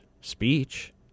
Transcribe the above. speech